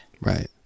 Right